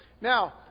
Now